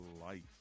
life